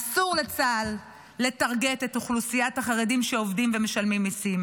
אסור לצה"ל לטרגט את אוכלוסיית החרדים שעובדים ומשלמים מיסים,